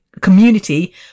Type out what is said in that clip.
community